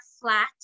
flat